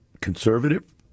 conservative